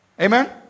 Amen